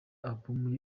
album